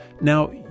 Now